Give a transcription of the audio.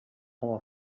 our